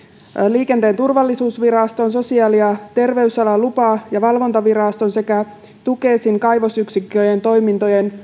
liikenteen turvallisuusviraston sosiaali ja terveysalan lupa ja valvontaviraston sekä tukesin kaivosyksikön toimintojen